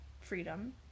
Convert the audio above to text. freedom